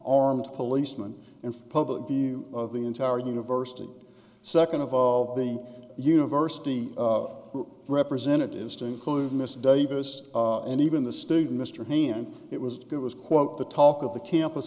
armed policeman in public view of the entire university second of all the university of representatives to include miss davis and even the student mr heene and it was it was quote the talk of the campus